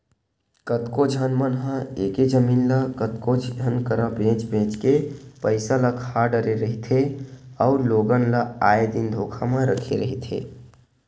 कतको झन मन ह एके जमीन ल कतको झन करा बेंच बेंच के पइसा ल खा डरे रहिथे अउ लोगन ल आए दिन धोखा म रखे रहिथे